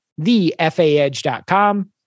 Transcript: thefaedge.com